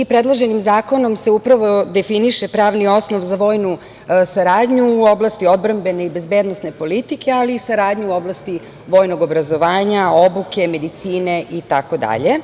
Predloženim zakonom se upravo definiše pravni osnov za vojnu saradnju u oblasti odbrambene i bezbednosne politike, ali i saradnja u oblasti vojnog obrazovanja, obuke, medicine, itd.